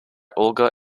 olga